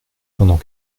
pendant